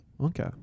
Okay